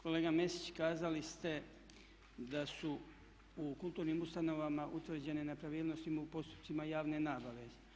Kolega Mesić kazali ste da su u kulturnim ustanovama utvrđene nepravilnosti u postupcima javne nabave.